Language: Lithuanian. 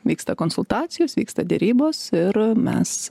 vyksta konsultacijos vyksta derybos ir mes